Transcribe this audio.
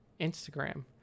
Instagram